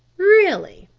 really?